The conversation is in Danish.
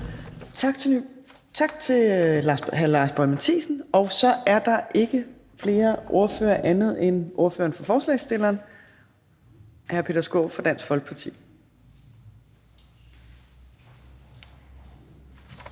Tak til hr. Lars Boje Mathiesen, og så er der ikke flere ordførere end ordføreren for forslagsstillerne, hr. Peter Skaarup fra Dansk Folkeparti.